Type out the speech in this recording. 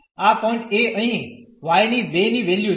આ પોઇન્ટ એ અહીં y ની 2 ની વેલ્યુ છે